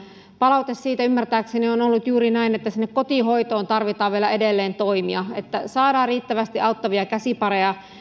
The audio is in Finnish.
palaute siitä ymmärtääkseni on ollut juuri se että sinne kotihoitoon tarvitaan vielä edelleen toimia jotta saadaan riittävästi auttavia käsipareja